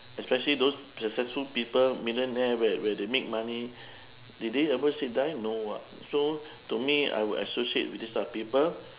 especially those successful people millionaire where where they make money did they ever say die no [what] so to me I will associate with this type of people